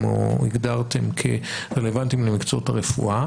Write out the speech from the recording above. או הגדרתם כרלוונטיים למקצועות הרפואה,